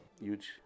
huge